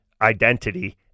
identity